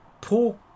poor